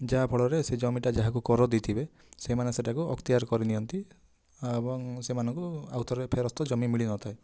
ଯାହାଫଳରେ ସେ ଜମିଟା ଯାହାକୁ କର ଦେଇଥିବେ ସେମାନେ ସେଟାକୁ ଅକ୍ତିଆର କରି ନିଅନ୍ତି ଏବଂ ସେମାନଙ୍କୁ ଆଉ ଥରେ ଫେରସ୍ତ ଜମି ମିଳିନଥାଏ